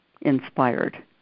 inspired